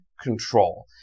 control